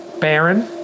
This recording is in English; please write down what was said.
Baron